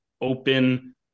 open